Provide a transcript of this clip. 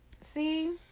see